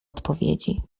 odpowiedzi